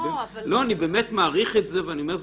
לא -- אני באמת מעריך את זה ואני אומר,